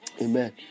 Amen